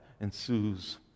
ensues